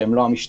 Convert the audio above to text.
שהם לא המשטרה,